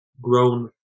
grown